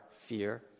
fear